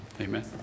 amen